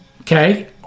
okay